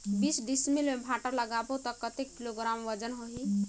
बीस डिसमिल मे भांटा लगाबो ता कतेक किलोग्राम वजन होही?